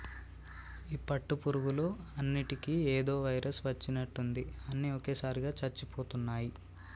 ఈ పట్టు పురుగులు అన్నిటికీ ఏదో వైరస్ వచ్చినట్టుంది అన్ని ఒకేసారిగా చచ్చిపోతున్నాయి